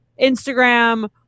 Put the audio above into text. Instagram